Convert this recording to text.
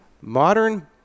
Modern